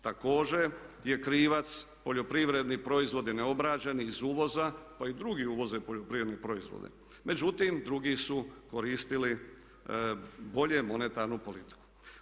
Također je krivac poljoprivredni proizvodi neobrađeni iz uvoza pa i drugi uvoze poljoprivredne proizvode, međutim drugi su koristili bolje monetarnu politiku.